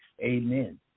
Amen